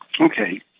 Okay